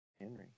Henry